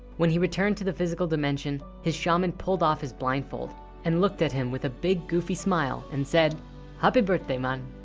when he returned to the physical dimension his shaman pulled off his blindfold and looked at him with a big goofy smile and said happy birthday, man.